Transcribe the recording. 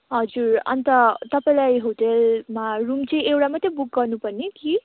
हजुर अन्त तपाईँलाई होटलमा रुम चाहिँ एउटा मात्रै बुक गर्नुपर्ने कि